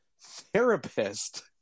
Therapist